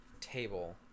table